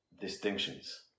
distinctions